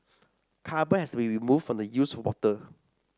carbon has will be removed from the used water